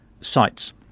sites